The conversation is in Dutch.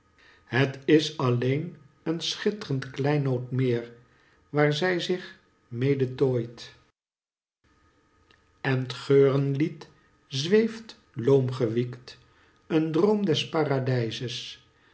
het is alleen een schittrend kleinood meer waar zij zich mede tooit en t geurenlied zweeft loomgewiekt een droom des paradijzes